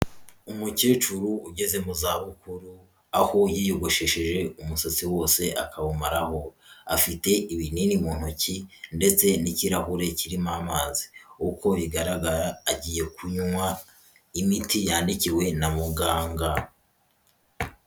Umukecuru ugeze mu za bukuru aho yiyogoshesheje umusatsi wose akawumaraho, afite ibinini mu ntoki ndetse n'ikirahure kirimo amazi, uko bigaragara agiye kunywa imiti yandikiwe na muganga.